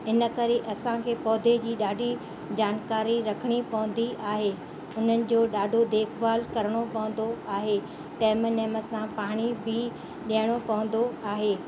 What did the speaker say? इन करे असांखे पौधे जी ॾाढी जानकारी रखिणी पवंदी आहे उन्हनि जो ॾाढो देखभालु करिणो पवंदो आहे टेन नेम सां पाणी बि ॾियणो पवंदो आहे